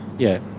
yeah.